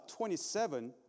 27